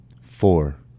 Four